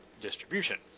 distribution